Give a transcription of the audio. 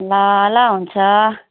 ल ल हुन्छ